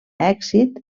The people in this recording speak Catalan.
èxit